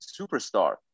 superstar